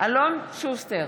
אלון שוסטר,